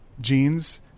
jeans